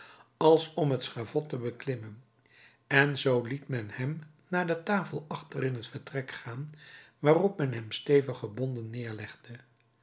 als om het schavot te beklimmen en zoo liet men hem naar de tafel achter in het vertrek gaan waarop men hem stevig gebonden neerlegde